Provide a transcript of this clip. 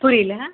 புரியலை